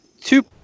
two